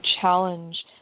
challenge